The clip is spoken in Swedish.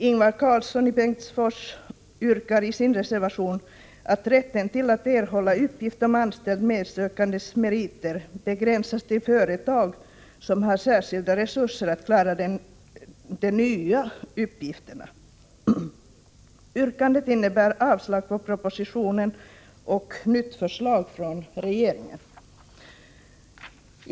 Ingvar Karlsson i Bengtsfors yrkar i sin reservation att rätten till att erhålla uppgift om anställd medsökandes meriter begränsas till att gälla företag som har särskilda resurser att klara de nya uppgifterna. Yrkandet innebär avslag på propositionen och en begäran om nytt förslag från regeringen.